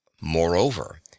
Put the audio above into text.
Moreover